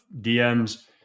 dms